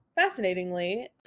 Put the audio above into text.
Fascinatingly